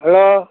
hello